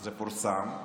וזה פורסם,